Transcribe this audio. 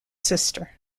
sister